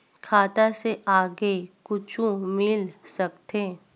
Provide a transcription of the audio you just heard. खाता से आगे कुछु मिल सकथे?